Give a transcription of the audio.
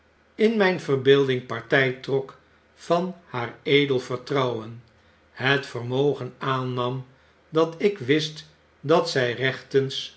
in myn verbeelding party trok van haar edel vertrouwen het vermogen aannam dat ik wist dat zy rechtens